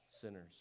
sinners